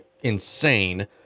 insane